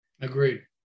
Agreed